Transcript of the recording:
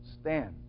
stand